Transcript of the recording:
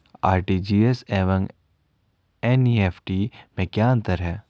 RTGS एवं NEFT में क्या अंतर है?